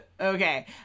Okay